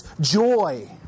joy